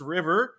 River